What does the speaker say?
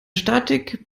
statik